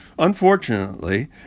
Unfortunately